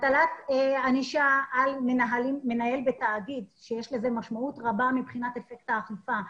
הטלת ענישה על מנהל בתאגיד שיש לזה משמעות רבה מבחינת אפקט האכיפה,